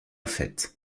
faites